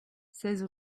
seize